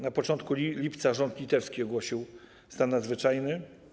Na początku lipca rząd litewski ogłosił stan nadzwyczajny.